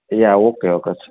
yeah okay okay